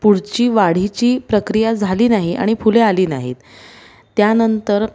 पुढची वाढीची प्रक्रिया झाली नाही आणि फुले आली नाहीत त्यानंतर